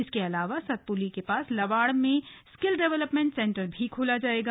इसके अलावा सतपुली के पास लवाड़ में स्किल डेवलपमेंट सेंटर भी खोला जायेगा